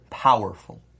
powerful